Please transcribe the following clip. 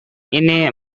ini